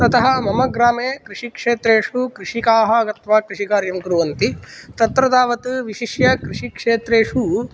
ततः मम ग्रामे कृषिक्षेत्रेषु कृषिकाः गत्वा कृषिकार्यं कुर्वन्ति तत्र तावत् विशिष्य कृषिक्षेत्रेषु